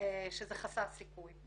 שזה חסר סיכוי.